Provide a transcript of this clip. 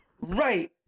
Right